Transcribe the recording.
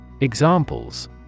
Examples